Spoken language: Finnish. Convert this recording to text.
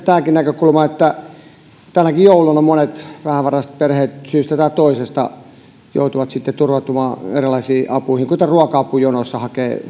tämäkin näkökulma että tänäkin jouluna monet vähävaraiset perheet syystä tai toisesta joutuvat sitten turvautumaan erilaisiin apuihin kuten hakemaan ruoka apujonoista